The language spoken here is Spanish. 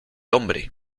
hombre